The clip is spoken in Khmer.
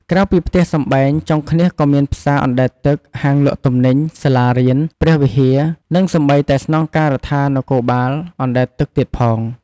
ក្រៅពីផ្ទះសម្បែង ចុងឃ្នាសក៏មានផ្សារអណ្ដែតទឹក ហាងលក់ទំនិញ សាលារៀន ព្រះវិហារ និងសូម្បីតែស្នងការដ្ឋាននគរបាលអណ្ដែតទឹកទៀតផង។